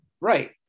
right